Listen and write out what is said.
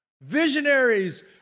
visionaries